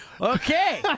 Okay